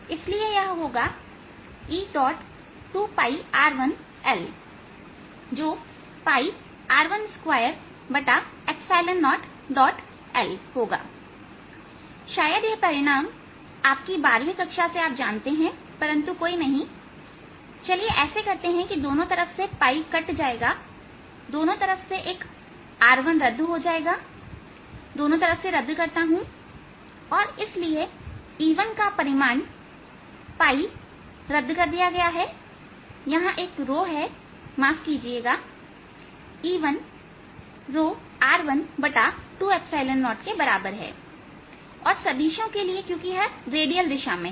इसलिए यह होगा E2r1l जो r1 2 0 l होगा शायद आप यह परिणाम आपकी 12वीं कक्षा से जानते हैं परंतु कोई नहीं चलिए ऐसे करते हैं तो दोनों तरफ से कट जाएगा दोनों तरफ से एक r1 रद्द हो जाएगा I दोनों तरफ से रद्द करता हूं और इसलिए E1 का परिमाणपाई रद्द कर दिया गया है यहां एक है माफ कीजिएगा E1r120और सदिशो के लिए क्योंकि यह रेडियल दिशा में है